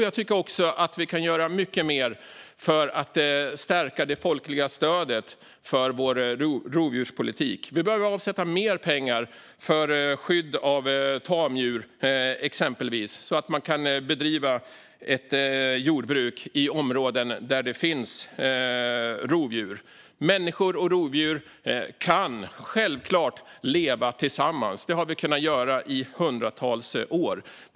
Jag tycker även att vi kan göra mycket mer för att stärka det folkliga stödet för vår rovdjurspolitik. Vi behöver avsätta mer pengar till exempelvis skydd av tamdjur, så att man kan bedriva jordbruk i områden där det finns rovdjur. Människor och rovdjur kan självklart leva tillsammans. Det har vi kunnat göra i hundratals år.